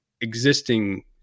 existing